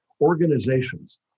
organizations